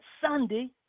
Sunday